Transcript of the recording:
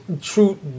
true